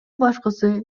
башкысы